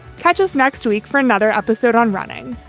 catch us next week for another episode on running